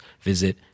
visit